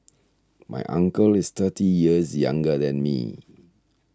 my uncle is thirty years younger than me